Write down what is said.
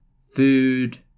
food